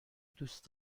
دوست